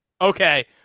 Okay